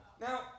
Now